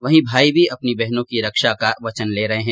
वहीं भाई भी अपनी बहनों की रक्षा का वचन ले रहे है